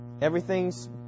Everything's